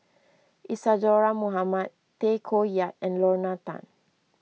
Isadhora Mohamed Tay Koh Yat and Lorna Tan